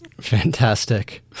Fantastic